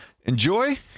enjoy